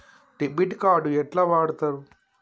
Debit card ఎట్లా వాడుతరు?